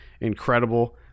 incredible